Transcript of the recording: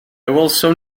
welsom